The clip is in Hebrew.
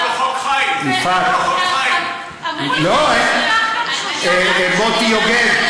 יקראו לו "חוק חיים" מוטי יוגב,